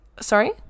sorry